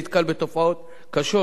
נתקל בתופעות קשות,